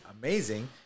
amazing